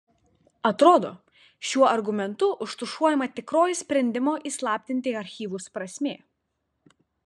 atrodo šiuo argumentu užtušuojama tikroji sprendimo įslaptinti archyvus prasmė